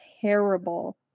terrible